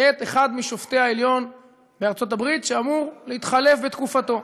את אחד משופטי העליון בארצות-הברית שאמור להתחלף בתקופתו.